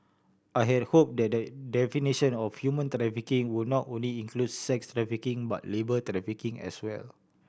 I had hope that the definition of human trafficking would not only include sex trafficking but labour trafficking as well